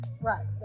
Right